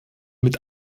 mit